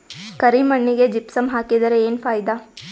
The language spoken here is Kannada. ಕರಿ ಮಣ್ಣಿಗೆ ಜಿಪ್ಸಮ್ ಹಾಕಿದರೆ ಏನ್ ಫಾಯಿದಾ?